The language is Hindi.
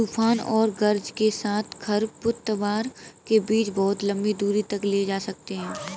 तूफान और गरज के साथ खरपतवार के बीज बहुत लंबी दूरी तक ले जा सकते हैं